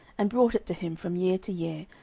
and brought it to him from year to year,